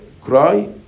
cry